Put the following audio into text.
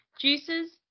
juices